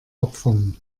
opfern